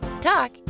talk